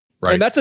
Right